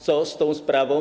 Co z tą sprawą?